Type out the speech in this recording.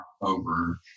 over